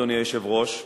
אדוני היושב-ראש,